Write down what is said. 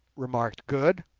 remarked good.